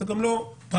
זה גם לא פרקטי.